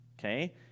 okay